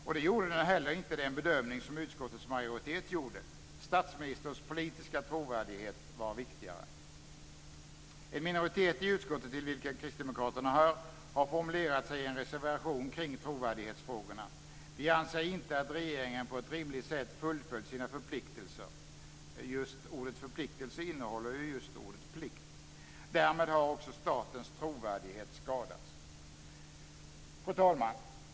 Och det gjorde det heller inte i den bedömning som utskottets majoritet gjorde. Statsministerns politiska trovärdighet var viktigare. En minoritet i utskottet, till vilken kristdemokraterna hör, har formulerat sig i en reservation kring trovärdighetsfrågorna. Vi anser inte att regeringen på ett rimligt sätt fullföljt sina förpliktelser - ordet förpliktelse innehåller ju just ordet plikt. Därmed har statens trovärdighet skadats. Fru talman!